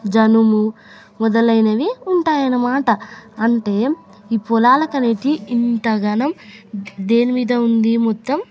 జనుము మొదలైనవి ఉంటాయన్నమాట అంటే ఈ పొలాలు అనేవి ఇంతగనం దేని మీద ఉంది మొత్తం